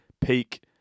peak